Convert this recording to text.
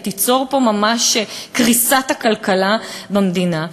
היא תיצור פה ממש קריסה של הכלכלה במדינה,